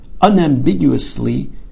unambiguously